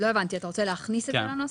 לא הבנתי, אתה רוצה להכניס את זה לנוסח?